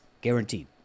guaranteed